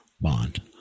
bond